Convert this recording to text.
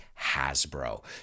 hasbro